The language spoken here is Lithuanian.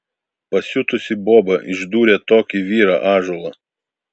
pasiutusi boba išdūrė tokį vyrą ąžuolą